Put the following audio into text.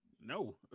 No